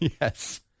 Yes